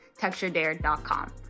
texturedare.com